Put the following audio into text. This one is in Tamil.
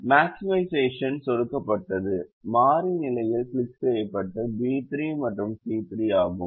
மேக்ஸிமைஸ் சொடுக்கப்பட்டது மாறி நிலைகள் கிளிக் செய்யப்படும் B3 மற்றும் C3 ஆகும்